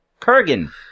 Kurgan